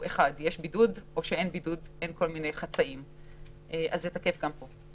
כך שזה תקף גם במקרה הזה.